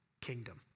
kingdom